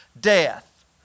death